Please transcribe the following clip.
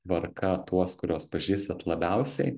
tvarka tuos kuriuos pažįstat labiausiai